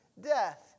death